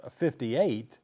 58